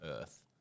earth